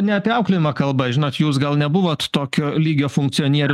ne apie auklėjimą kalba žinot jūs gal nebuvot tokio lygio funkcionierius